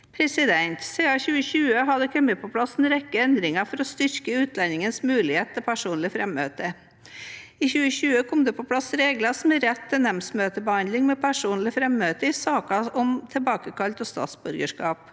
kostnader. Siden 2020 har det kommet på plass en rekke endringer for å styrke utlendingens mulighet til personlig frammøte. I 2020 kom det på plass regler som gir rett til nemndmøtebehandling med personlig frammøte i saker om tilbakekall av statsborgerskap.